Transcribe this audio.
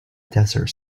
desert